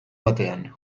batean